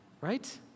right